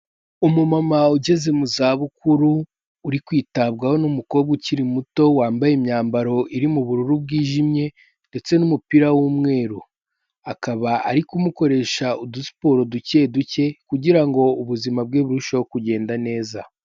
Umumama ugeze mu za bukuru, uri kwitabwaho n'umukobwa ukiri muto wambaye imyambaro iri mu bururu bwijimye ndetse n'umupira w'umweru. Akaba ari kumukoresha udusiporo duke duke kugira ngo ubuzima bwe burusheho kugenda neza.